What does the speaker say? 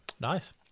Nice